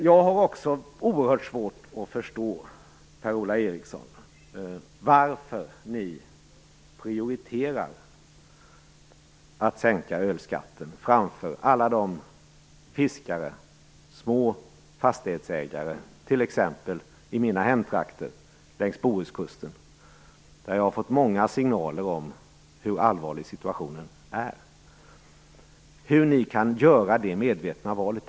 Jag har också oerhört svårt att förstå, Per-Ola Eriksson, varför ni prioriterar att sänka ölskatten framför alla små fastighetsägare, t.ex. fiskare i mina hemtrakter längs Bohuskusten, varifrån jag har fått många signaler om hur allvarlig situationen är. Hur kan ni göra det medvetna valet?